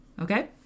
Okay